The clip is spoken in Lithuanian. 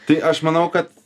tai aš manau kad